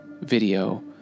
video